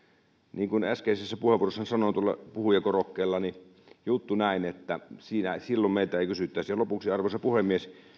niin kuin äskeisessä puheenvuorossani sanoin tuolla puhujakorokkeella niin juttu on näin että silloin meiltä ei kysyttäisi ja lopuksi arvoisa puhemies